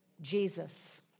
Jesus